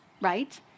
right